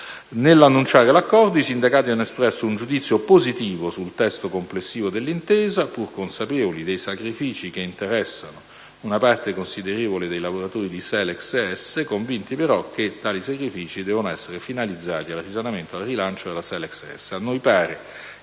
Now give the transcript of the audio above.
Nell'annunciare l'accordo, i sindacati hanno espresso un giudizio positivo sul testo complessivo dell'intesa, pur consapevoli dei sacrifici che interessano una parte considerevole dei lavoratori di Selex ES, convinti però che tali sacrifici devono essere finalizzati al risanamento e al rilancio della Selex ES. A noi pare